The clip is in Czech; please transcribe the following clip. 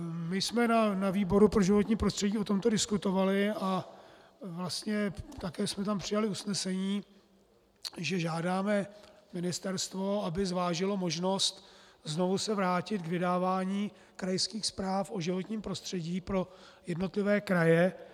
My jsme na výboru pro životní prostředí o tomto diskutovali a také jsme tam přijali usnesení, že žádáme ministerstvo, aby zvážilo možnost znovu se vrátit k vydávání krajských zpráv o životním prostředí pro jednotlivé kraje.